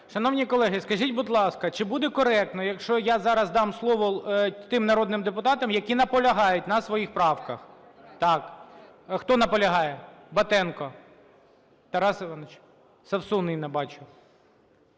Шановні колеги, скажіть, будь ласка, чи буде коректно, якщо я зараз дам слово тим народним депутатам, які наполягають на своїх правках? Так. Хто наполягає? Батенко Тарас Іванович. Совсун Інна, бачу.